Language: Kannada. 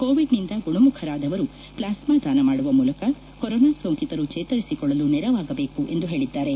ಕೋವಿಡ್ ನಿಂದ ಗುಣಮುಖರಾದವರು ಪ್ಲಾಸ್ತಾ ದಾನ ಮಾಡುವ ಮೂಲಕ ಕೊರೋನಾ ಸೋಂಕಿತರು ಚೇತರಿಸಿಕೊಳ್ಳಲು ನೆರವಾಗಬೇಕು ಎಂದು ಹೇಳಿದ್ದಾರೆ